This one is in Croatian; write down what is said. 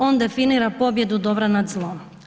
On definira pobjedu dobra nad zlom.